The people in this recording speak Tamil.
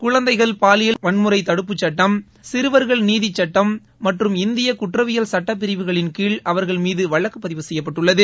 குழந்தைகள் பாலியல் வன்முறை தடுப்புச் சட்டம் சிறுவர்கள் நீதி சட்டம் மற்றும் இந்திய குற்றவியல் சட்டப்பிரிவுகளின் கீழ் அவர்கள் மீது வழக்கு பதிவு செய்யப்பட்டது